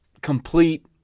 complete